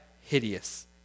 hideous